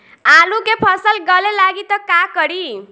आलू के फ़सल गले लागी त का करी?